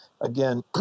Again